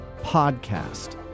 podcast